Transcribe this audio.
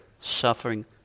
suffering